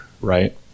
right